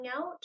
out